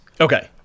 Okay